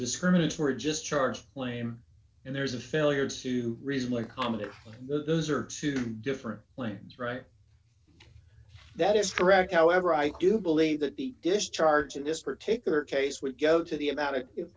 discriminatory just charge lame and there's a failure to reason or common those are two different lines right that is correct however i do believe that the dish charge in this particular case would go to the about it if you